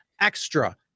Extra